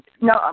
No